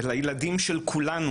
ולילדים של כולנו,